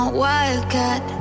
wildcat